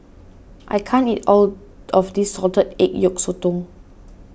I can't eat all of this Salted Egg Yolk Sotong